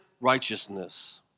righteousness